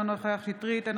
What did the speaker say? אינו נוכח קטי קטרין שטרית,